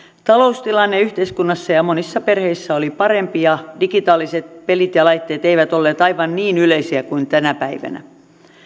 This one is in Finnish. taloustilanne yhteiskunnassa ja monissa perheissä oli parempi ja digitaaliset pelit ja laitteet eivät olleet aivan niin yleisiä kuin tänä päivänä